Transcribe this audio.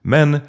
Men